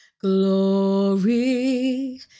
glory